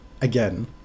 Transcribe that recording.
again